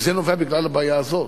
וזה נובע מהבעיה הזאת,